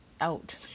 out